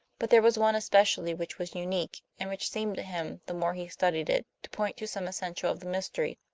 but there was one especially which was unique, and which seemed to him, the more he studied it, to point to some essential of the mystery.